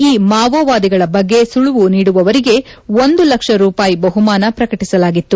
ಈ ಮಾವೋವಾದಿಗಳ ಬಗ್ಗೆ ಸುಳವು ನೀಡುವವರಿಗೆ ಒಂದು ಲಕ್ಷ ರೂಪಾಯಿ ಬಹುಮಾನ ಪ್ರಕಟಿಸಲಾಗಿತ್ತು